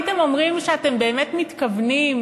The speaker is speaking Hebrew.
הייתם אומרים שאתם באמת מתכוונים,